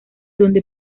donde